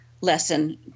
lesson